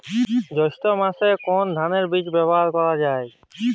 জৈষ্ঠ্য মাসে কোন ধানের বীজ ব্যবহার করা যায়?